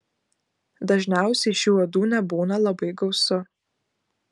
dažniausiai šių uodų nebūna labai gausu